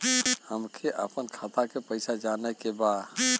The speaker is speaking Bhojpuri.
हमके आपन खाता के पैसा जाने के बा